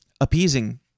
appeasing